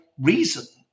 reason